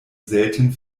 selten